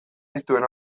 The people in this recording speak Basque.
dituen